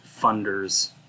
funders